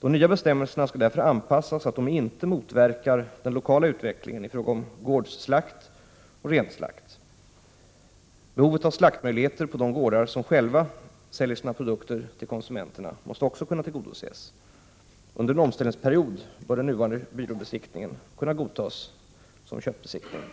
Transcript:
De nya bestämmelserna skall därför anpassas så att de inte motverkar den lokala utvecklingen i fråga om gårdsslakt och renslakt. Behovet av slaktmöjligheter på de gårdar som själva säljer sina produkter till konsumenterna måste också kunna tillgodoses. Under en omställningsperiod bör den nuvarande byråbesiktningen kunna godtas som köttbesiktning.